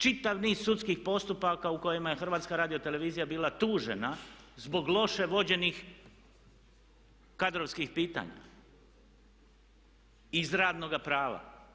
Čitav niz sudskih postupaka u kojima je HRT bila tužena zbog loše vođenih kadrovskih pitanja iz radnoga prava.